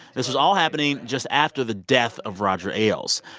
this was all happening just after the death of roger ailes,